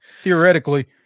Theoretically